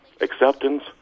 Acceptance